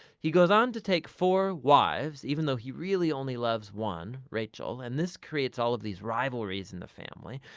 he goes on to take four wives even though he really only loves one, rachel and this creates all of these rivalries in the family.